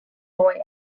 boy